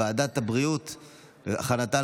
לוועדת הבריאות נתקבלה.